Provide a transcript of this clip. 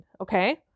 Okay